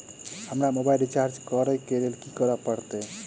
हमरा mobile recharge करऽ केँ लेल की करऽ पड़त?